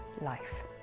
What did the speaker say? life